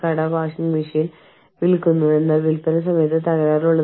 company അനുവദിച്ച ചെലവിൽ നിന്ന് ആ വ്യക്തി എത്രമാത്രം ചെലവഴിച്ചു